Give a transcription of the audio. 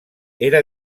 era